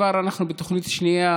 וכבר אנחנו בתוכנית השנייה,